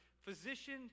physician